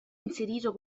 inserito